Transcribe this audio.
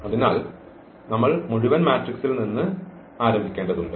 അതിനാൽ നമ്മൾ മുഴുവൻ മാട്രിക്സിൽ നിന്ന് ആരംഭിക്കേണ്ടതുണ്ട്